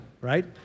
right